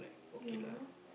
your